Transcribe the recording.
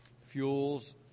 fuels